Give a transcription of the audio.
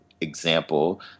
example